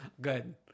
Good